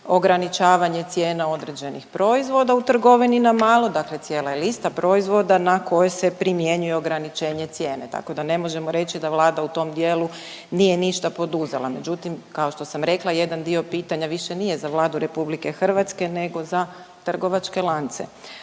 ograničavanje cijena određenih proizvoda u trgovini na malo, dakle cijela je lista proizvoda na koje se primjenjuje ograničenje cijene tako da ne možemo reći da Vlada u tom dijelu nije ništa poduzela. Međutim, kao što sam rekla jedan dio pitanja više nije za Vladu Republike Hrvatske, nego za trgovačke lance.